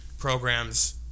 programs